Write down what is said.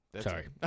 Sorry